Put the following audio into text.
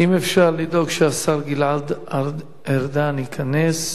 האם אפשר לדאוג שהשר גלעד ארדן ייכנס,